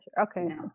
Okay